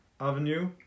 avenue